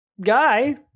guy